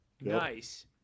nice